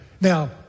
Now